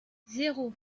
zéro